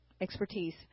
expertise